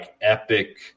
epic